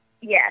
Yes